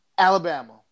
Alabama